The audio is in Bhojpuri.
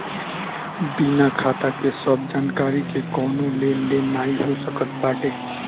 बिना खाता के सब जानकरी के कवनो लेन देन नाइ हो सकत बाटे